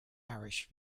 parish